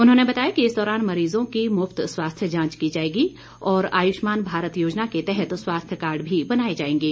उन्होंने बताया कि इस दौरान मरीजों की मुफत चिकित्सा जांच की जाएगी और आयुष्मान भारत योजना के तहत स्वास्थ्य कार्ड भी बनाए जाएंगे